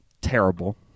terrible